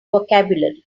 vocabulary